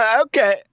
Okay